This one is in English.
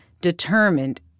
determined